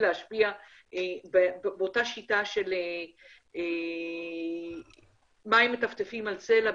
להשפיע באותה שיטה של מים מטפטפים על סלע,